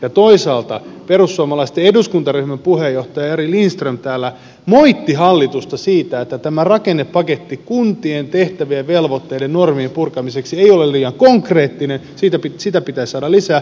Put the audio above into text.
ja toisaalta perussuomalaisten eduskuntaryhmän puheenjohtaja jari lindström täällä moitti hallitusta siitä että tämä rakennepaketti kuntien tehtä vien ja velvoitteiden normien purkamiseksi ei ole liian konkreettinen sitä pitäisi saada lisää